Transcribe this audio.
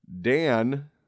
Dan